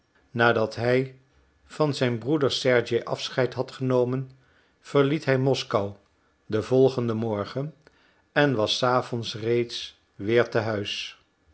nadat hij van zijn broeder sergei afscheid had genomen verliet hij moskou den volgenden morgen en was s avonds reeds weer te huis